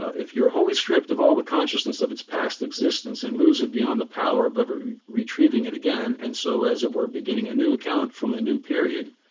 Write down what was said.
if you're wholly stripped of all but consciousness of its past existence and lose it beyond the power of ever retrieving it again, and so as it were beginning a new account from a new period,